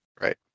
Right